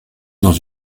dans